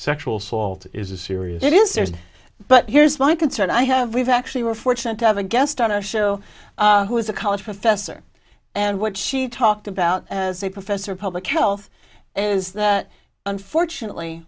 sexual assault is a serious it is there's but here's my concern i have we've actually we're fortunate to have a guest on our show who is a college professor and what she talked about as a professor of public health is that unfortunately